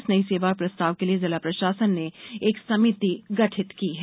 इस नई सेवा के प्रस्ताव के लिये जिला प्रषासन ने एक समिति गठित की है